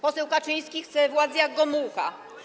Poseł Kaczyński chce władzy jak Gomułka.